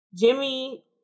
Jimmy